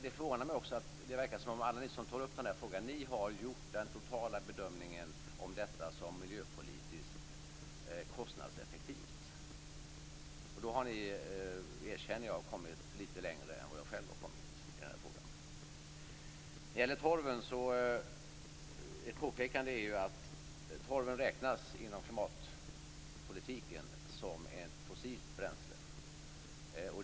Det förvånar mig också att alla ni som tagit upp den här frågan har gjort den totala bedömningen att en sådan är miljöpolitiskt kostnadseffektiv. I så fall erkänner jag att ni har kommit lite längre än vad jag själv har gjort i den här frågan. När det gäller torven vill jag göra det påpekandet att torven i klimatpolitiken räknas som ett fossilt bränsle.